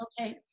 okay